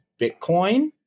Bitcoin